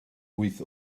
wyth